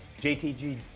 JTG